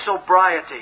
sobriety